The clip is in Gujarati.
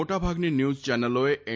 મોટાભાગની ન્યુઝ ચેનલોએ એન